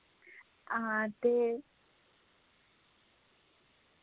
हां ते